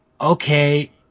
okay